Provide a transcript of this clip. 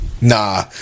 Nah